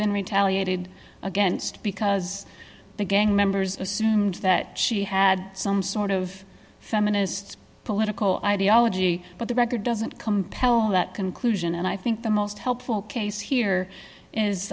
been retaliated against because the gang members assumed that she had some sort of feminist political ideology but the record doesn't compel that conclusion and i think the most helpful case here